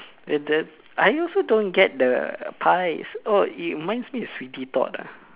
the just I also don't get the pies oh it reminds me of Sweeney Todd ah